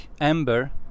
amber